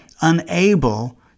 unable